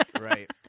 right